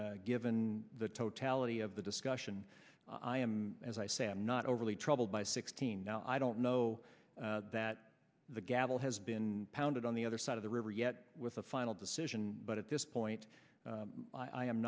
today given the totality of the discussion i am as i say i'm not overly troubled by sixteen i don't know that the gavel has been pounded on the other side of the river yet with a final decision but at this point i am